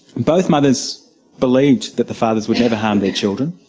both mothers believed that the fathers would never harm their children,